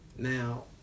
Now